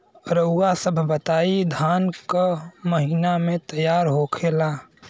रउआ सभ बताई धान क महीना में तैयार होखेला?